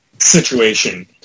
situation